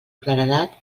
claredat